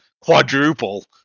quadruple